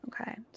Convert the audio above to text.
Okay